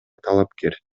талапкер